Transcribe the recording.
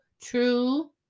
True